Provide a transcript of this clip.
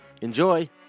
Enjoy